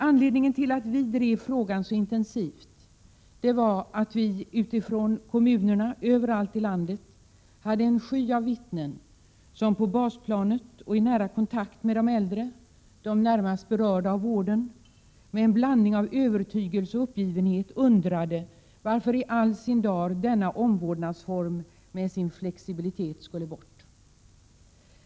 Anledningen till att vi har drivit frågan så intensivt är att vi ute i kommunerna överallt i landet har träffat en sky av vittnen som arbetar på basplanet och i nära kontakt med de äldre — de närmast berörda av vården — och som med en blandning av övertygelse och uppgivenhet har undrat varför i all sin dar denna flexibla vårdnadsform skall avskaffas.